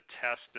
test